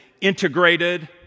integrated